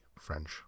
French